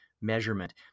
measurement